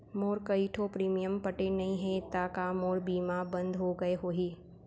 मोर कई ठो प्रीमियम पटे नई हे ता का मोर बीमा बंद हो गए होही?